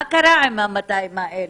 מה קרה עם ה-200 האלה?